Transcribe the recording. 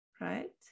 right